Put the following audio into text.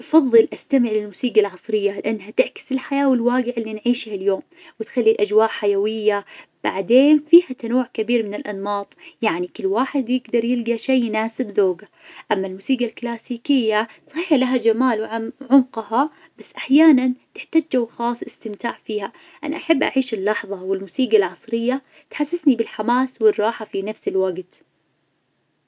أفظل أستمع للموسيقى العصرية لأنها تعكس الحياة والواقع اللي نعيشه اليوم، وتخلي الأجواء حيوية، بعدين فيها تنوع كبير من الأنماط، يعني كل واحد يقدر يلقى شي يناسب ذوقه. أما الموسيقى الكلاسيكية صحيح لها جمال وعم- وعمقها بس أحيانا تحتاج جو خاص للاستمتاع فيها. أنا أحب أعيش اللحظة والموسيقى العصرية تحسسني بالحماس والراحة في نفس الوقت.